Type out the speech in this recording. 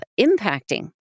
impacting